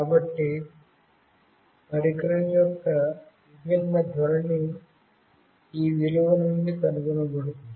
కాబట్టి పరికరం యొక్క విభిన్న ధోరణి ఈ విలువ నుండి కనుగొనబడుతుంది